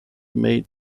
made